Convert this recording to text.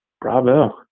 Bravo